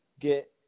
get